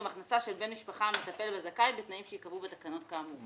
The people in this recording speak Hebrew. הכנסה של בן משפחה המטפל בזכאי בתנאים שייקבעו בתקנות כאמור.